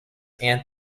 and